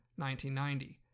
1990